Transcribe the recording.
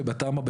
ובתמ"א,